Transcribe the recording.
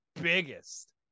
biggest